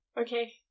Okay